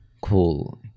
cool